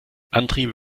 antriebe